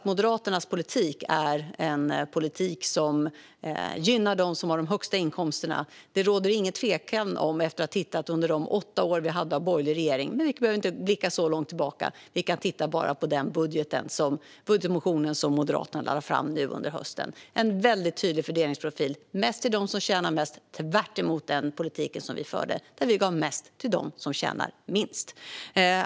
Moderaternas politik är en politik som gynnar dem som har de högsta inkomsterna. Om detta råder det inget tvivel efter de åtta åren med borgerlig regering. Men vi behöver inte blicka så långt tillbaka; det är bara att titta på den budgetmotion som Moderaterna lade fram under hösten. Där finns en tydlig fördelningsprofil med mest till dem som tjänar mest. Det är tvärtemot den politik vi förde, där vi gav mest till dem som tjänar minst.